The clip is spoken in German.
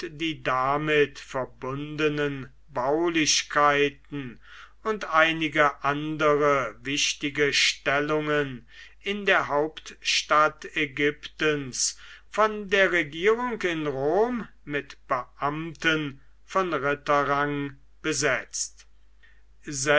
die damit verbundenen baulichkeiten und einige andere wichtige stellungen in der hauptstadt ägyptens von der regierung in rom mit beamten von ritterrang besetzt